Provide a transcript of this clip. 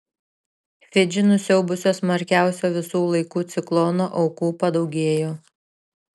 fidžį nusiaubusio smarkiausio visų laikų ciklono aukų padaugėjo